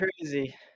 crazy